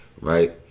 right